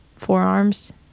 Forearms